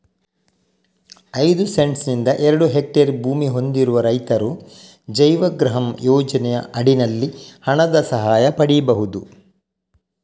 ಐದು ಸೆಂಟ್ಸ್ ನಿಂದ ಎರಡು ಹೆಕ್ಟೇರ್ ಭೂಮಿ ಹೊಂದಿರುವ ರೈತರು ಜೈವಗೃಹಂ ಯೋಜನೆಯ ಅಡಿನಲ್ಲಿ ಹಣದ ಸಹಾಯ ಪಡೀಬಹುದು